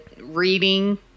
reading